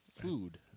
food